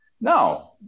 No